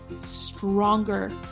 stronger